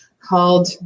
called